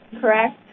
correct